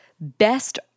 best